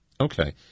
Okay